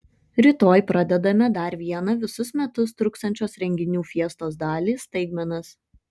rytoj pradedame dar vieną visus metus truksiančios renginių fiestos dalį staigmenas